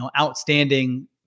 outstanding